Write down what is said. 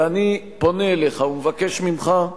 ואני פונה אליך ומבקש ממך: